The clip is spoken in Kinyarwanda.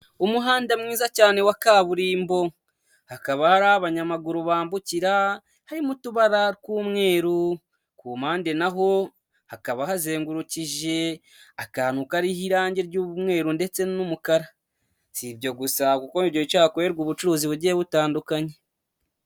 Umuhanda mwiza cyane wa kaburimbo hakaba hari abanyamaguru bambukira harimo utubara tw'umweru ku mpande naho hakaba hazengurukije akantu kariho irangi ry'umweru ndetse n'umukara kuko cyakorerwa ubucuruzi bugiye butandukanye.